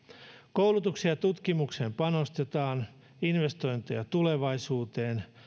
koulutukseen ja tutkimukseen panostetaan investointeja tulevaisuuteen